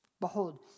Behold